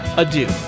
adieu